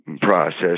process